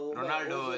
Ronaldo